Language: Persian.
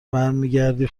برمیگردی